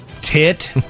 tit